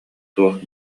туох